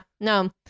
no